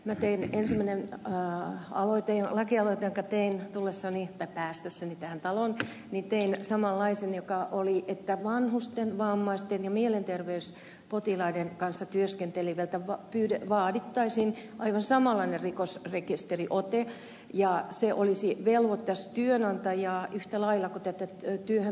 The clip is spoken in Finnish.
mä pelkäsin että mää aloitin näkevät ja käteen tullessani ja päästä ensimmäinen lakialoite jonka tein päästyäni tähän taloon oli samanlainen että vanhusten vammaisten ja mielenterveyspotilaiden kanssa työskenteleviltä vaadittaisiin aivan samanlainen rikosrekisteriote ja se velvoittaisi työnantajia yhtä lailla kuin tätä työhön tulevaa